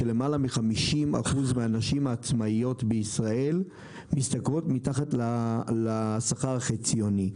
כי למעלה מ-50% מהנשים העצמאיות בישראל משתכרות מתחת לשכר החציוני.